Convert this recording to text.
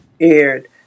aired